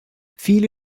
viele